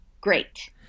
great